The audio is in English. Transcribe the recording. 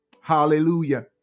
Hallelujah